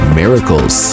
miracles